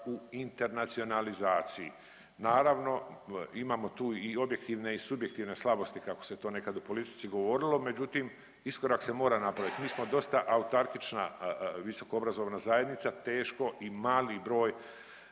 u internacionalizaciji. Naravno imamo tu i objektivne i subjektivne slabosti kako se to nekad u politici govorilo, međutim iskorak se mora napraviti. Mi smo dosta autarkična visoko obrazovna zajednica, teško i mali broj